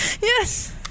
Yes